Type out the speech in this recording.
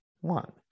one